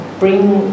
bring